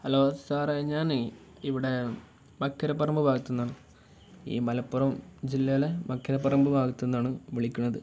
hello സാറേ ഞാൻ ഇവിടെ മക്കര പറമ്പ് ഭാഗത്ത് നിന്നാണ് ഈ മലപ്പുറം ജില്ലയിലെ മക്കര പറമ്പ് ഭാഗത്ത് നിന്നാണ് വിളിക്കുന്നത്